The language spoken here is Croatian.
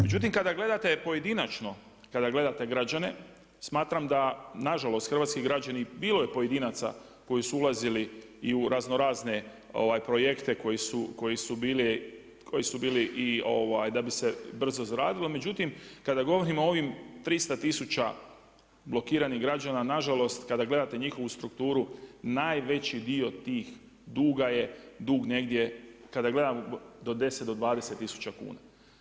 Međutim kada gledate pojedinačno, kada gledate građane smatram da nažalost hrvatski građani, bilo je pojedinaca koji su ulazili i u raznorazne projekte koji su bili da bi se brzo zaradilo, međutim kada govorimo o ovim 300 tisuća blokiranih građana, nažalost kada gledate njihovu strukturu najveći dio tog duga je dug negdje kada gledamo od 10 do 20 tisuća kuna.